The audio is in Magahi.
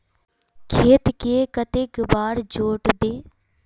खेत के कते बार जोतबे?